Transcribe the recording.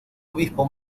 obispo